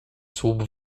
słup